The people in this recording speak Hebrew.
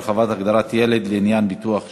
(הרחבת הגדרת ילד לעניין ביטוח שאירים),